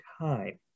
time